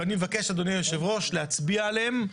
ואני מבקש, אדוני היושב-ראש, להצביע עליהן.